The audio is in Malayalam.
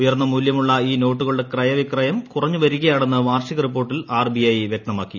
ഉയർന്ന മൂല്യമുള്ള ഈ നോട്ടുകളുടെ ക്രയവിക്രയം കുറഞ്ഞു വരിയാണെന്ന് വാർഷിക റിപ്പോർട്ടിൽ ആർ ബി ഐ വ്യക്തമാക്കി